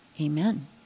amen